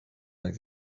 like